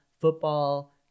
football